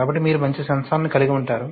కాబట్టి మీరు మంచి సెన్సార్ ని కలిగి ఉంటారు